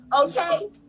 Okay